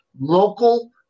local